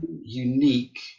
unique